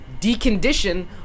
decondition